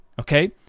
okay